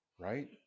right